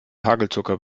hagelzucker